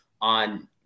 on